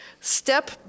Step